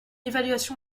évaluation